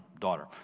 daughter